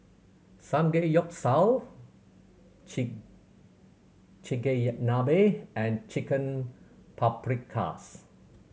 Samgeyopsal Chigenabe and Chicken Paprikas